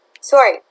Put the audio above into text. sorry